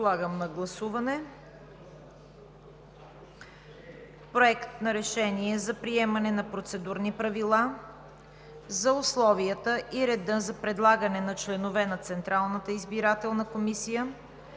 подложа на гласуване Проект на решение за приемане на Процедурни правила за условията и реда за предлагане на членове на Централната избирателна комисия,